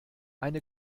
eine